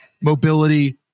mobility